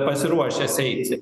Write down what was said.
pasiruošęs eiti